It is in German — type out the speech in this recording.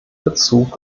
bezug